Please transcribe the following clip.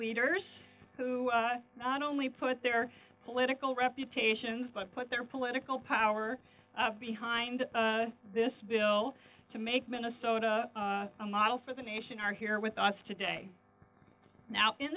leaders who not only put their political reputations but put their political power behind this bill to make minnesota a model for the nation are here with us today now in